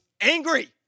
angry